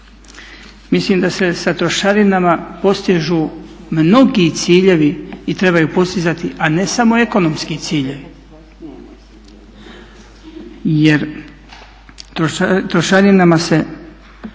Mislim da se sa trošarinama postižu mnogi ciljevi i trebaju postizati, a ne samo ekonomski ciljevi. Jer trošarinama se